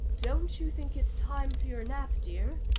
don't you think it's time for your nap, dear?